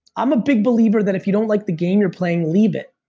i'm a big believer that if you don't like the game you're playing, leave it.